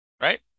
right